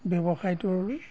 ব্যৱসায়টোৰ